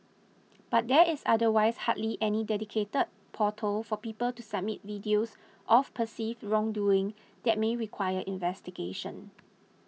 but there is otherwise hardly any dedicated portal for people to submit videos of perceived wrongdoing that may require investigation